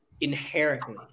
inherently